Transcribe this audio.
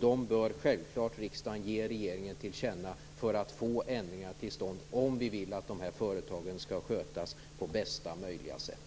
De bör självklart riksdagen ge regeringen till känna för att få ändringar till stånd - om vi vill att företagen skall skötas på bästa möjliga sätt.